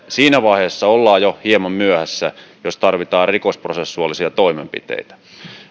siinä vaiheessa ollaan jo hieman myöhässä jos tarvitaan rikosprosessuaalisia toimenpiteitä